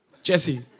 Jesse